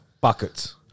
Buckets